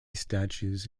statues